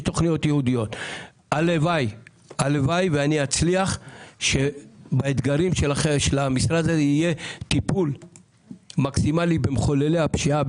הלוואי ואני אצליח ובאתגרי המשרד יהיה טיפול מקסימלי במחוללי הפשיעה,